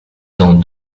dans